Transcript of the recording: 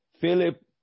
Philip